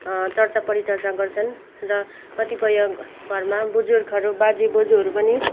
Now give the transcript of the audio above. चर्चा परिचर्चा गर्छन् र कतिपय घरमा बजुर्गहरू बाजे बोज्यूहरू पनि